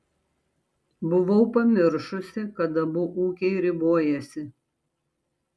buvau pamiršusi kad abu ūkiai ribojasi